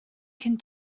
cyn